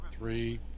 Three